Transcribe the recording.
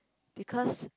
because